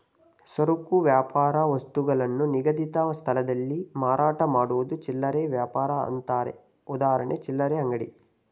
ಸರಕು ವ್ಯಾಪಾರ ವಸ್ತುಗಳನ್ನು ನಿಗದಿತ ಸ್ಥಳದಿಂದ ಮಾರಾಟ ಮಾಡುವುದು ಚಿಲ್ಲರೆ ವ್ಯಾಪಾರ ಅಂತಾರೆ ಉದಾಹರಣೆ ಚಿಲ್ಲರೆ ಅಂಗಡಿ